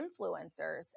influencers